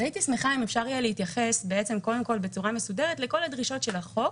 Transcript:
הייתי שמחה אם אפשר יהיה להתייחס בצורה מסודרת לכל הדרישות של החוק